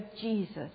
Jesus